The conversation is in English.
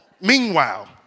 Meanwhile